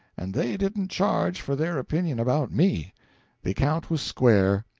and they didn't charge for their opinion about me the account was square,